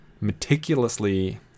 meticulously